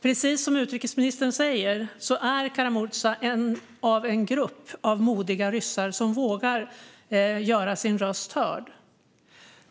Precis som utrikesministern säger är Kara-Murza en i en grupp av modiga ryssar som vågar göra sin röst hörd.